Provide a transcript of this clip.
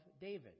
David